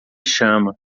chama